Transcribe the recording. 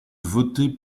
voter